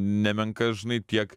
nemenka žinai tiek